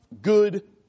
good